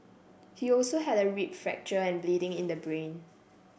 he also had a rib fracture and bleeding in the brain